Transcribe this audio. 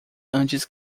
antes